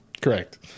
Correct